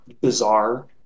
bizarre